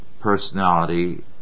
personality